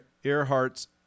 Earhart's